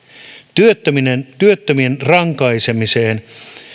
työttömien työttömien rankaisemiseen